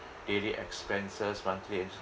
daily expenses monthly